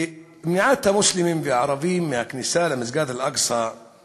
מניעת המוסלמים והערבים מהכניסה למסגד אל-אקצא היא